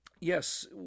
yes